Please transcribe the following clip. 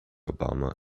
obama